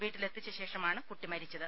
വീട്ടിലെത്തിച്ച ശേഷമാണ് കുട്ടി മരിച്ചത്